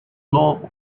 love